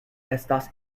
estas